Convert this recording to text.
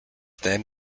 then